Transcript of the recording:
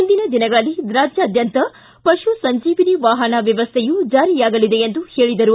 ಮುಂದಿನ ದಿನಗಳಲ್ಲಿ ರಾಜ್ಯಾದ್ಯಂತ ಪಶು ಸಂಜೀವಿನಿ ವಾಪನ ವ್ಯವಸ್ಥೆಯು ಜಾರಿಯಾಗಲಿದೆ ಎಂದು ಹೇಳಿದರು